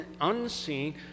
unseen